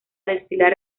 desfilar